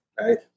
right